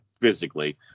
physically